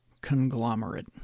conglomerate